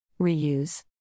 Reuse